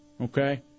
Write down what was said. Okay